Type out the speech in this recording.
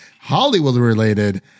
Hollywood-related